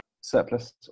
surplus